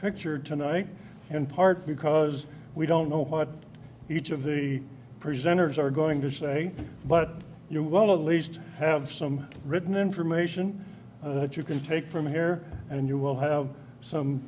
picture tonight in part because we don't know what each of the presenters are going to say but you will at least have some written information that you can take from here and you will have some